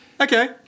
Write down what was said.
Okay